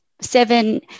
seven